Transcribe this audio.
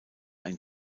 ein